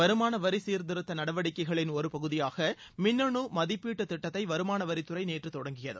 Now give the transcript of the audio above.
வருமான வரி சீர்திருத்த நடவடிக்கைகளின் ஒரு பகுதியாக மின்னணு மதிப்பீட்டுத் திட்டத்தை வருமான வரித்துறை நேற்று தொடங்கியது